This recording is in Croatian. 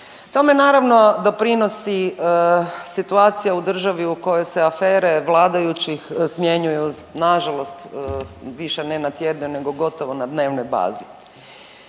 Tome naravno doprinosi situacija u državi u kojoj se afere vladajućih smjenjuju na žalost više ne na tjednoj, nego gotovo na dnevnoj bazi.